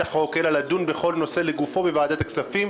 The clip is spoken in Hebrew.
החוק אלא לדון בכל נושא לגופו בוועדת הכספים.